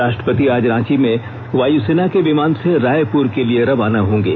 राष्ट्रपति आज रांची से वायुसेना के विमान से रायपुर के लिए रवाना होंगे